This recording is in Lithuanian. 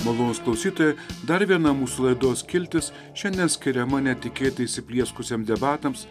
malonūs klausytojai dar viena mūsų laidos skiltis šiandien skiriama netikėtai įsiplieskusiems debatams